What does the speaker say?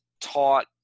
taught